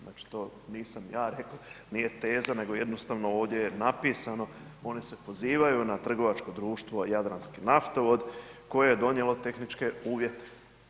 Znači to nisam ja rekao, nije teza nego jednostavno ovdje je napisano, oni se pozivaju na trgovačko društvo Jadranski naftovod, koje je donijelo tehničke uvjete.